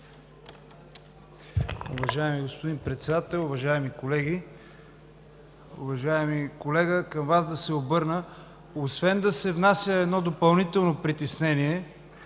Уважаеми господин Председател, уважаеми колеги! Уважаеми колега, към Вас да се обърна, освен да се внася едно допълнително притеснение